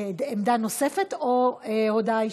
עמדה נוספת או הודעה אישית?